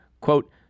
quote